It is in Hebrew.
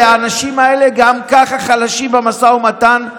האנשים האלה גם ככה חלשים במשא ומתן,